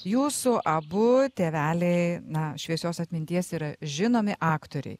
jūsų abu tėveliai na šviesios atminties yra žinomi aktoriai